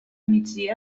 migdia